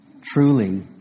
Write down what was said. Truly